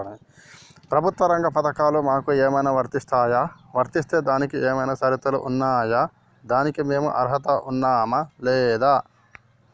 ప్రభుత్వ రంగ పథకాలు మాకు ఏమైనా వర్తిస్తాయా? వర్తిస్తే దానికి ఏమైనా షరతులు ఉన్నాయా? దానికి మేము అర్హత ఉన్నామా లేదా?